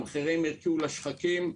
המחירים הרקיעו לשחקים.